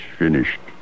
finished